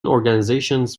organizations